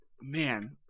Man